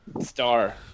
Star